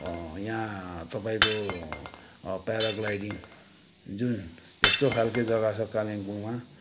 यहाँ तपाईँको प्याराग्लाइडिङ जुन यस्तो खालके जग्गा छ कालिम्पोङमा